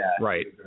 Right